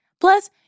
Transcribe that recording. Plus